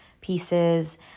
pieces